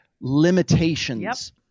limitations